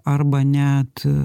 arba net